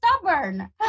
stubborn